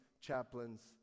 chaplains